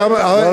לא,